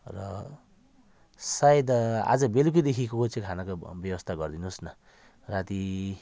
र सायद आज बेलुकीदेखिको चाहिँ खानाको व्यवस्था गरिदिनु होस् न राति